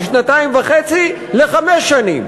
משנתיים וחצי לחמש שנים.